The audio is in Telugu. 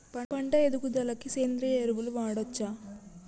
పంట ఎదుగుదలకి సేంద్రీయ ఎరువులు వాడచ్చా?